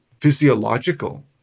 physiological